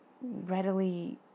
readily